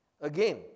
Again